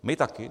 My taky.